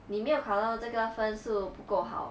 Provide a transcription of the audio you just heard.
你没有考到这个分数不够好